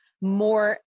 more